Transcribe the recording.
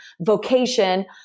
vocation